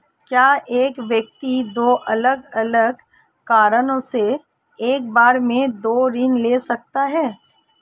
क्या एक व्यक्ति दो अलग अलग कारणों से एक बार में दो ऋण ले सकता है?